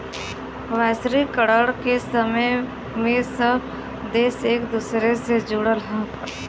वैश्वीकरण के समय में सब देश एक दूसरे से जुड़ल हौ